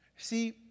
See